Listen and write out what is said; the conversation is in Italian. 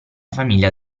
famiglia